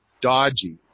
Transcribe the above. dodgy